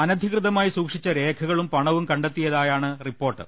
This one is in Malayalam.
അനധികൃതമായി സൂക്ഷിച്ച രേഖകളും പണവും കണ്ടെത്തിയാതായാണ് റിപ്പോർട്ട്